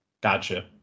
Gotcha